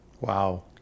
Wow